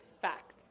Fact